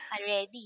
already